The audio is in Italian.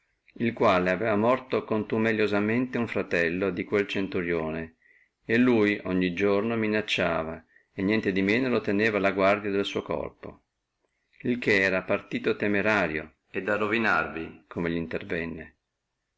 il quale aveva morto contumeliosamente uno fratello di quel centurione e lui ogni giorno minacciava tamen lo teneva a guardia del corpo suo il che era partito temerario e da ruinarvi come li intervenne